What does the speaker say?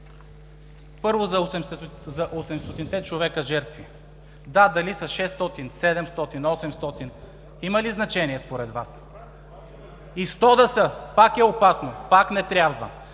Първо, за 800-те човека жертви. Да, дали са 600, 700, 800, има ли значение според Вас? И сто да са, пак е опасно, пак не трябва.